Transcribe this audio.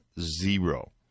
zero